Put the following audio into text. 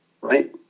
right